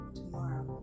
tomorrow